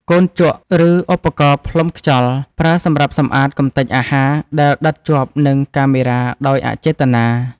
កូនជក់ ឬឧបករណ៍ផ្លុំខ្យល់ ប្រើសម្រាប់សម្អាតកម្ទេចអាហារដែលដិតជាប់នឹងកាមេរ៉ាដោយអចេតនា។